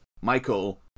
Michael